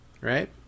Right